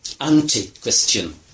anti-Christian